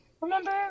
Remember